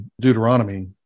Deuteronomy